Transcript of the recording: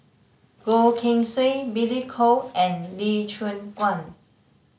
Goh Keng Swee Billy Koh and Lee Choon Guan